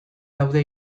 daude